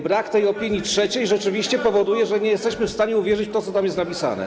Brak tej opinii trzeciej rzeczywiście powoduje, że nie jesteśmy w stanie uwierzyć w to, co tam jest napisane.